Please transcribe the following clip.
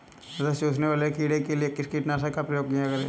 रस चूसने वाले कीड़े के लिए किस कीटनाशक का प्रयोग करें?